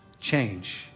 change